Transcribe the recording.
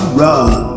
run